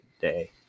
day